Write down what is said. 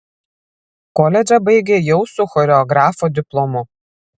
koledžą baigė jau su choreografo diplomu